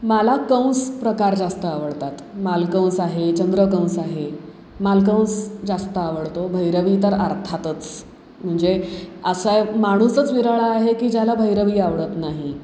मला कंस प्रकार जास्त आवडतात मालकंस आहे चंद्रकंस आहे मालकंस जास्त आवडतो भैरवी तर अर्थातच म्हणजे असाय माणूसच विराळा आहे की ज्याला भैरवी आवडत नाही